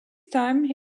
time